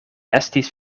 estis